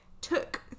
took